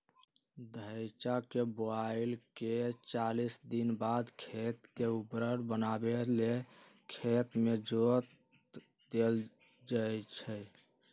धइचा के बोआइके चालीस दिनबाद खेत के उर्वर बनावे लेल खेत में जोत देल जइछइ